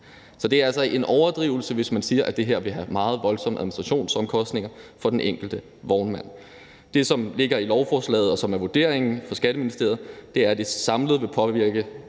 Så det er altså en overdrivelse, hvis man siger, at det her vil have meget voldsomme administrationsomkostninger for den enkelte vognmand. Det, som ligger i lovforslaget, og som er vurderingen fra Skatteministeriet, er, at det samlet vil påvirke